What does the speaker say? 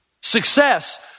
Success